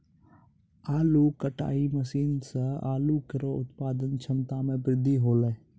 आलू कटाई मसीन सें आलू केरो उत्पादन क्षमता में बृद्धि हौलै